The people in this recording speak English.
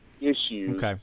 issues